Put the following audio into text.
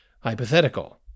hypothetical